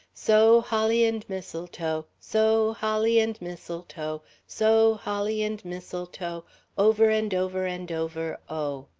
so holly and mistletoe, so holly and mistletoe, so holly and mistletoe over and over and over, oh!